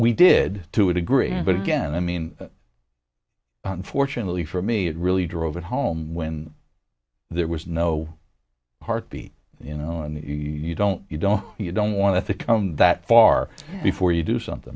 we did to a degree but again i mean unfortunately for me it really drove home when there was no heartbeat you know you don't you don't you don't want to come that far before you do something